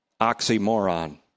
oxymoron